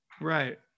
right